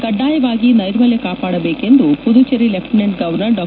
ಕಡ್ವಾಯವಾಗಿ ನೈರ್ಮಲ್ಹ ಕಾಪಾಡಬೇಕು ಎಂದು ಪುದುಚೇರಿ ಲೆಫ್ಟಿನೆಂಟ್ ಗವರ್ನರ್ ಡಾ